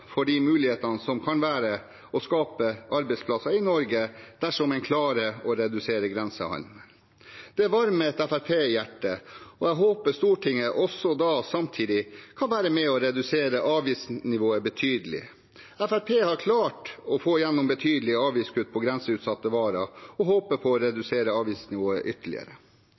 for de mulighetene som kan være til å skape arbeidsplasser i Norge, dersom en klarer å redusere grensehandelen. Det varmer et fremskrittspartihjerte, og jeg håper Stortinget samtidig kan være med og redusere avgiftsnivået betydelig. Fremskrittspartiet har klart å få gjennom betydelige avgiftskutt på grenseutsatte varer og håper på å redusere avgiftsnivået ytterligere.